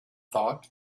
thought